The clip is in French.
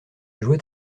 jouait